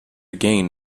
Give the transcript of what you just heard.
gain